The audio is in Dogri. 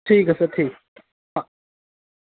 ठीक ऐ सर ठीक